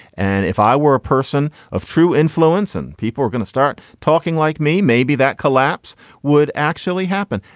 and if i were a person of true influence and people were gonna start talking like me, maybe that collapse would actually happen.